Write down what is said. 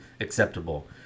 acceptable